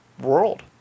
world